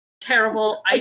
terrible